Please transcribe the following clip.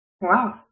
Wow